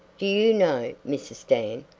do you know, mrs. dan,